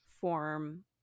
form